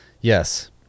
yes